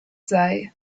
sei